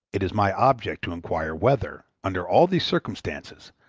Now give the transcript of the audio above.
it is my object to inquire whether, under all these circumstances,